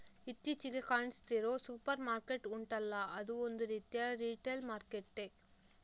ಇತ್ತೀಚಿಗೆ ಕಾಣಿಸ್ತಿರೋ supermarket ಉಂಟಲ್ಲ ಅದೂ ಒಂದು ರೀತಿಯ ರಿಟೇಲ್ ಮಾರ್ಕೆಟ್ಟೇ